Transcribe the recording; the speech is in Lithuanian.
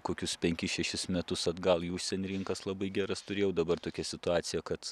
kokius penkis šešis metus atgal į užsienį rinkas labai geras turėjau dabar tokia situacija kac